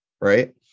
Right